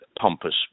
Pompous